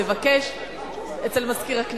לבקש אצל מזכירת הכנסת.